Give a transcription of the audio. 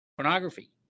pornography